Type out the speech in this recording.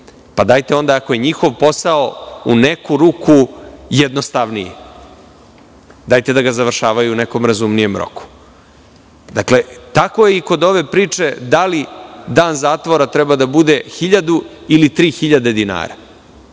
Dajte onda, ako je njihov posao u neku ruku jednostavniji, da ga završavaju u nekom razumnijem roku. Tako je i kod ove priče da li dan zatvora treba da bude 1.000 ili 3.000 dinara.